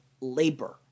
labor